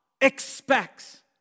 expects